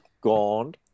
gone